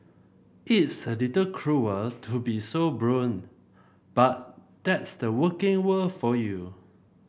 it's a little cruel to be so blunt but that's the working world for you